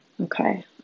Okay